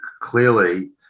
clearly